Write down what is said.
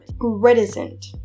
reticent